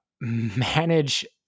manage